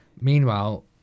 Meanwhile